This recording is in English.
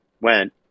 went